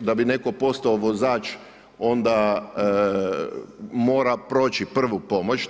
Da bi netko postao vozač, onda mora proći